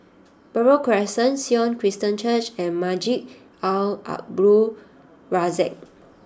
Buroh Crescent Sion Christian Church and Masjid Al Abdul Razak